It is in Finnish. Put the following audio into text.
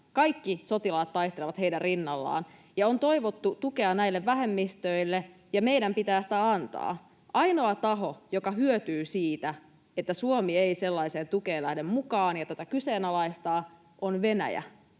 Kaikki sotilaat taistelevat heidän rinnallaan, ja on toivottu tukea näille vähemmistöille, ja meidän pitää sitä antaa. Ainoa taho, joka hyötyy siitä, että Suomi ei sellaiseen tukeen lähde mukaan ja tätä kyseenalaistaa, on Venäjä.